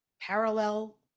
parallel